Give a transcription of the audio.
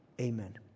Amen